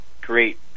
great